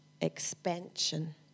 expansion